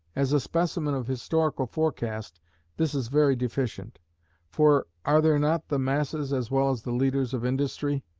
as a specimen of historical forecast this is very deficient for are there not the masses as well as the leaders of industry?